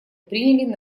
приняли